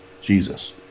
Jesus